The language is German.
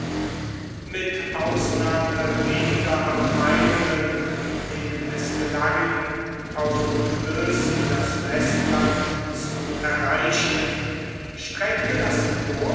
mit ausnahme weniger abteilungen denen es gelang auf flößen das festland zu erreichen streckte das